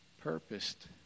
purposed